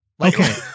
Okay